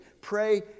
pray